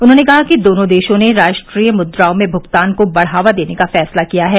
उन्होंने कहा कि दोनों देशों ने राष्ट्रीय मुद्राओं में भुगतान को बढ़ावा देने का फैसला किया है